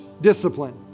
discipline